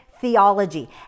theology